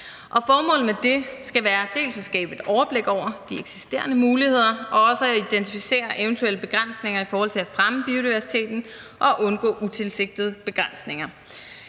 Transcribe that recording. Formålet med det skal være dels at skabe et overblik over de eksisterende muligheder, dels at identificere eventuelle begrænsninger i forhold til at fremme biodiversiteten og undgå utilsigtede begrænsninger.